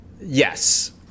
Yes